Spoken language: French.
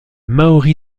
maori